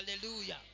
Hallelujah